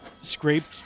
scraped